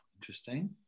Interesting